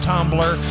Tumblr